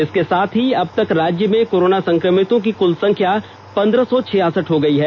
इसके साथ ही अब तक राज्य में कोरोना संक्रमितों की कुल संख्या पन्द्रह सौ छियासठ हो गयी है